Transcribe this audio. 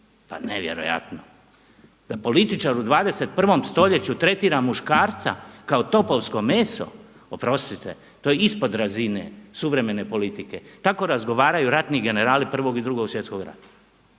Pa nevjerojatno da političar u 21. stoljeću tretira muškarca kao topovsko meso oprostite to je ispod razine suvremene politike. Tako razgovaraju rati generali 1. i 2. svjetskog rata.